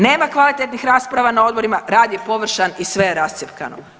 Nema kvalitetnih rasprava na odborima, rad je površan i sve je rascjepkano.